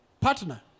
partner